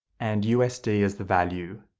and usd as the value.